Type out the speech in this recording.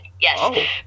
Yes